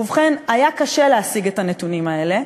ובכן, היה קשה להשיג את הנתונים האלה.